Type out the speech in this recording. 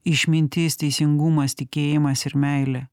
išmintis teisingumas tikėjimas ir meilė